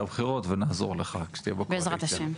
הבחירות ונעזור לך כשתהיה בקואליציה.